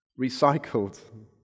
recycled